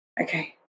Okay